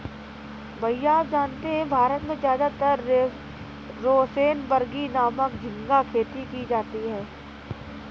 भैया आप जानते हैं भारत में ज्यादातर रोसेनबर्गी नामक झिंगा खेती की जाती है